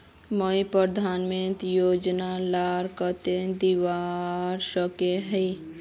मुई प्रधानमंत्री योजना लार केते आवेदन करवा सकोहो ही?